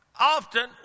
Often